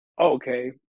okay